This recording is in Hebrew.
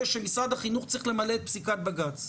שמשרד החינוך צריך למלא את פסיקת בג"ץ.